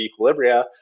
equilibria